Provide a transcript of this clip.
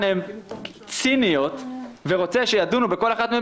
הן ציניות ורוצה שידונו בכל אחת מהן,